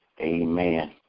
Amen